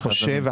אני חושב,